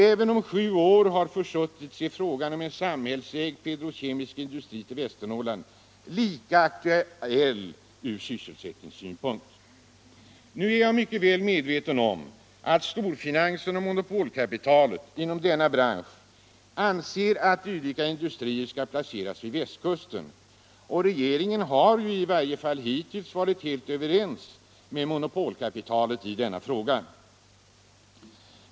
Även om sju år har försuttits är frågan om en samhällsägd petrokemisk industri i Västernorrland fortfarande lika aktuell från sysselsättningssynpunkt. Nu är jag mycket väl medveten om att storfinansen och monopolkapitalet inom denna bransch anser att dylika industrier skall placeras vid västkusten, och regeringen har ju, i varje fall hittills, varit helt överens med monopolkapitalet i denna fråga.